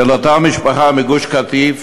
של אותה משפחה מגוש-קטיף